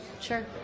Sure